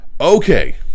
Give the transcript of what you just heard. Okay